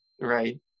right